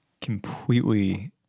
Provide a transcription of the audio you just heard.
completely